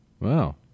Wow